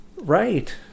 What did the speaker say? Right